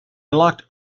locked